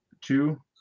two